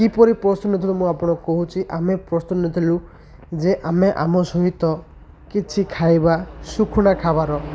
କିପରି ପ୍ରସ୍ତୁତ ନଥିଲୁ ମୁଁ ଆପଣ କହୁଛି ଆମେ ପ୍ରସ୍ତୁତ ନଥିଲୁ ଯେ ଆମେ ଆମ ସହିତ କିଛି ଖାଇବା ଶୁଖୁଣା ଖାବାର